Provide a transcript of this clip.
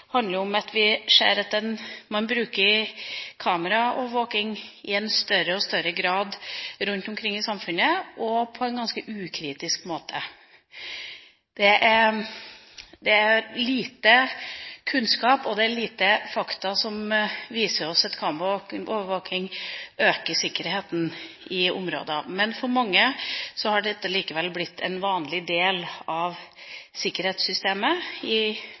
at vi har lagt fram et eget forslag, er at vi ser at man rundt omkring i samfunnet bruker kameraovervåking i større og større grad – og på en ganske ukritisk måte. Det er lite kunnskap og lite fakta som viser oss at kameraovervåking øker sikkerheten i områder. Men for mange har dette likevel blitt en vanlig del av sikkerhetssystemet i